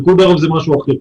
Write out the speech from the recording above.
פיקוד העורף זה משהו אחר.